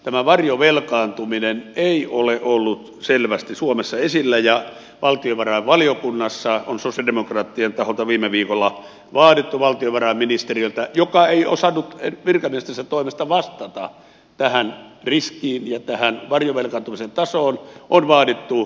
tämä varjovelkaantuminen ei ole ollut selvästi suomessa esillä ja valtiovarainvaliokunnassa on sosialidemokraattien taholta viime viikolla vaadittu valtiovarainministeriöltä joka ei osannut virkamiestensä toimesta vastata tähän riskiin ja tähän varjovelkaantumisen tasoon nyt selvitys